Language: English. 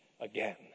again